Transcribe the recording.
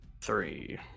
three